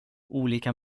olika